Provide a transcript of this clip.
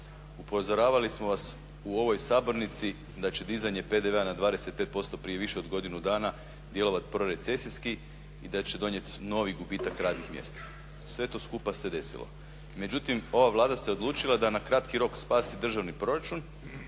Upozoravali smo vas u ovoj sabornici da će dizanje PDV-a na 25% prije više od godinu dana djelovati prorecesijski i da će donijeti novi gubitak radnih mjesta. Sve to skupa se desilo. Međutim, ova Vlada se odlučila da na kratki rok spasi državni proračun